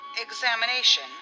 examination